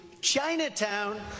Chinatown